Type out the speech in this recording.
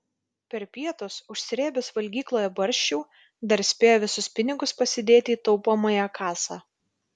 per pietus užsrėbęs valgykloje barščių dar spėjo visus pinigus pasidėti į taupomąją kasą